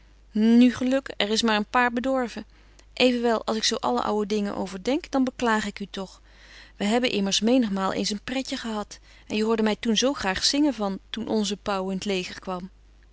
nu geluk er is maar een paar bedorven evenwel als ik zo alle ouwe dingen overdenk dan beklaag ik u toch wy hebben immers menigmaal eens een pretje gehad en je hoorde my toen zo graag zingen van toen onze pau in t leger kwam